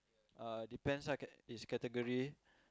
uh depends ah cate~ is category